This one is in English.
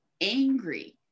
angry